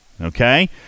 Okay